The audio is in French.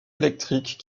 électrique